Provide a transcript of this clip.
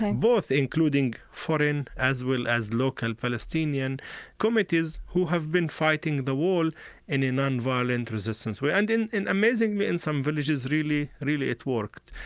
and both including foreign as well as local palestinian committees who have been fighting the wall in a nonviolent resistance way. and in, amazingly, in some villages, really, really it work.